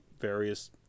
various